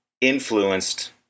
influenced